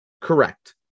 Correct